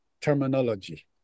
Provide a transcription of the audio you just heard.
terminology